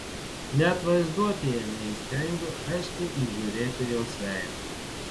net vaizduotėje neįstengiu aiškiai įžiūrėti jos veido